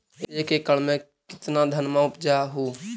एक एकड़ मे कितना धनमा उपजा हू?